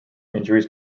injuries